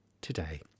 today